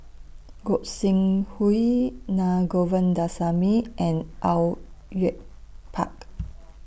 Gog Sing Hooi Na Govindasamy and Au Yue Pak